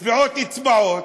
טביעות אצבעות,